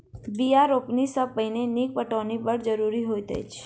बीया रोपनी सॅ पहिने नीक पटौनी बड़ जरूरी होइत अछि